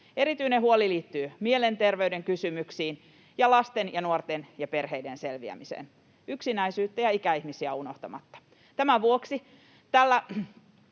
Erityinen huoli liittyy mielenterveyden kysymyksiin ja lasten ja nuorten ja perheiden selviämiseen, yksinäisyyttä ja ikäihmisiä unohtamatta. Tämän vuoksi tällä